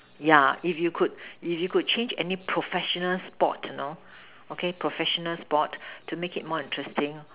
ya if you could if you could change any professional sport you know to make it more interesting